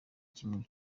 kimwe